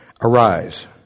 Arise